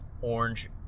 orange